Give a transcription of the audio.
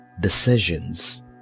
decisions